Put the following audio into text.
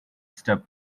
step